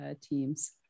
teams